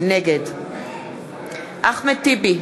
נגד אחמד טיבי,